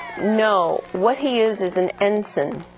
no. what he is is an ensign,